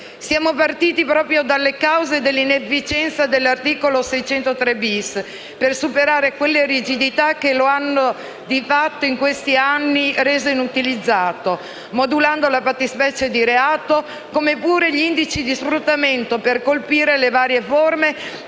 Siamo partiti proprio dalle cause dell'inefficienza dell'articolo 603-*bis* per superare quelle rigidità che lo hanno, di fatto, in questi anni, reso inutilizzato, modulando la fattispecie di reato come pure gli indici di sfruttamento per colpire le varie forme